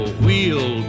wheel